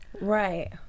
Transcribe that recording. Right